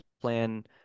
plan